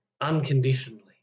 unconditionally